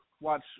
Watch